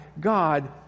God